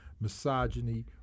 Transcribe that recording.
misogyny